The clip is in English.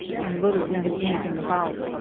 and little we knew anything about.